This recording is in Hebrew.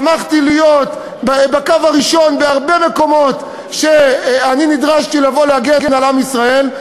שמחתי להיות בקו הראשון בהרבה מקומות כשנדרשתי לבוא להגן על ישראל.